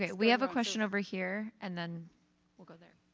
yeah we have a question over here and then we'll go there.